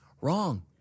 wrong